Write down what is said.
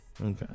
Okay